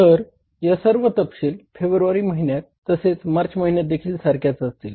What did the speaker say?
तर या सर्व तपशील फेब्रुवारी महिन्यात तसेच मार्च महिन्यातदेखील सारख्याच असतील